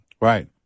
Right